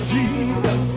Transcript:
Jesus